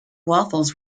waffles